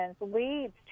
leads